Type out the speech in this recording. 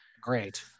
great